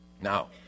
Now